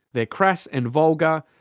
they're crass and vulgar,